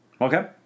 Okay